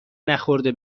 نخورده